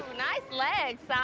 nice legs, um